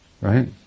Right